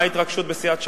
מה ההתרגשות בסיעת ש"ס?